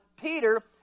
Peter